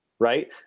right